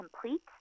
complete